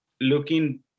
looking